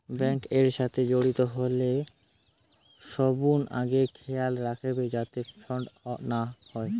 bank এর সাথে জড়িত হলে সবনু আগে খেয়াল রাখবে যাতে ফ্রড না হয়